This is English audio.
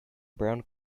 brown